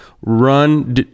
run